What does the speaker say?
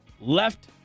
left